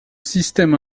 système